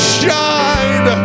shine